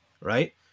right